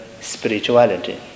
spirituality